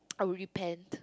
I would repent